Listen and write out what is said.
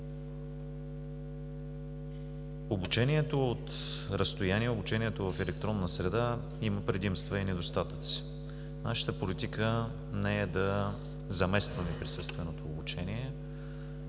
Обучението от разстояние, обучението в електронна среда има предимства и недостатъци. Нашата политика не е да заместваме присъственото обучение,